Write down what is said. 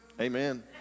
amen